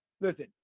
listen